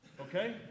okay